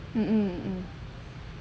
mmhmm